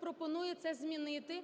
пропонує ці змінити